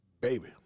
baby